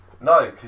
No